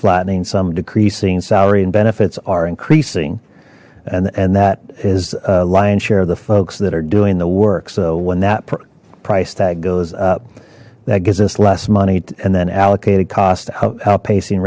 flattening some decreasing salary and benefits are increasing and and that is a lion's share of the folks that are doing the work so when that price tag goes up that gives us less money and then allocated cost outpacing